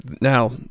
Now